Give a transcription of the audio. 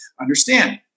understand